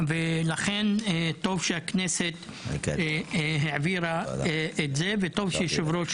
לכן, טוב שהכנסת העבירה את זה, וטוב שיושב-ראש